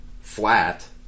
flat